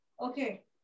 Okay